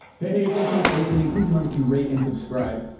hey hey, thanks so much for listening. please remember to rate and subscribe.